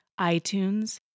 iTunes